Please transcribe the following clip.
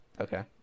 Okay